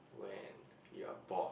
when you're bored